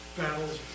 battles